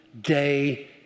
day